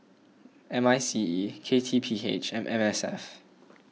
M I C E K T P H and M S F